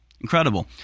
Incredible